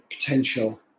potential